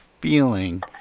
feeling